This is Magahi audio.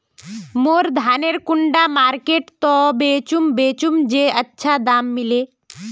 मोर धानेर कुंडा मार्केट त बेचुम बेचुम जे अच्छा दाम मिले?